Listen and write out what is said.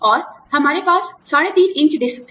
और हमारे पास 3 12 इंच डिस्क थे